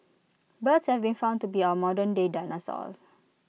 birds have been found to be our modernday dinosaurs